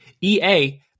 ea